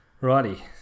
Righty